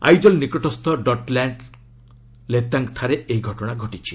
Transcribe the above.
ଆଇଜଲ୍ ନିକଟସ୍ଥ ଡର୍ଟ୍ଲ୍ୟାଙ୍ଗ୍ ଲେତାନ୍ଠାରେ ଏହି ଘଟଣା ଘଟିଛି